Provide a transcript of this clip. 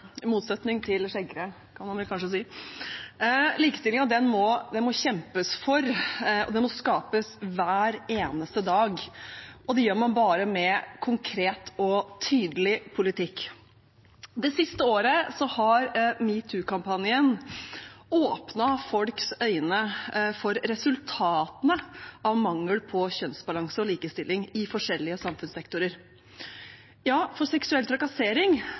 motsetning til skjeggkre, kan man kanskje si. Likestilling må kjempes for og skapes hver eneste dag. Det gjør man bare med konkret og tydelig politikk. Det siste året har metoo-kampanjen åpnet folks øyne for resultatene av mangel på kjønnsbalanse og likestilling i forskjellige samfunnssektorer. Seksuell trakassering